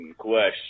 Question